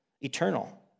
eternal